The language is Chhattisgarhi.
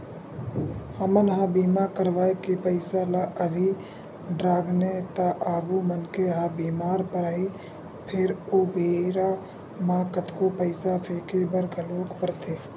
हमन ह बीमा करवाय के पईसा ल अभी डरागेन त आगु मनखे ह बीमार परही फेर ओ बेरा म कतको पईसा फेके बर घलोक परथे